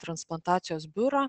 transplantacijos biurą